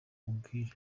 nkubwire